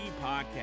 Podcast